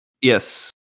Yes